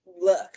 look